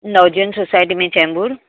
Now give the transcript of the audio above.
नव जीवन सोसाइटी में चेम्बूर